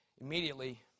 Immediately